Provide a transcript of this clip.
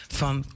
van